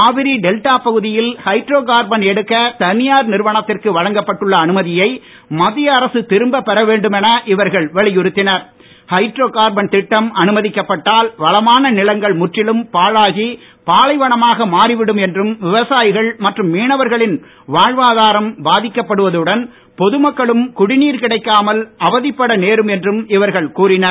Kaveri delta பகுதியில் hydrocarbon எடுக்க தனியார் நிறுவனத்திற்கு வழங்கப்பட்டுள்ள அனுமதியை மத்திய அரசு திரும்ப பெற வேண்டும் என இவர்கள் அனுமதிக்கப்பட்டால் வளமான நிலங்கள் முற்றிலும் பாழாகி பாலைவனமாக மாறிவிடும் என்றும் விவசாயிகள் மற்றும் மீனவர்களின் வாழ்வாதாரம் பாதிக்கப்படுவதுடன் பொதுமக்களும் குடிநீர் கிடைக்காமல் அவதிப்பட நேரும் என்றும் இவர்கள் கூறினர்